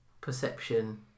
perception